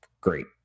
Great